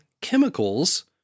chemicals